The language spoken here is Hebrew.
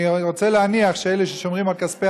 אני רוצה להניח שאלה ששומרים על כספי